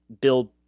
build